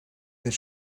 that